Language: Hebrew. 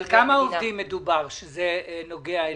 על כמה עובדים מדובר שזה נוגע אליהם?